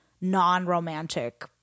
non-romantic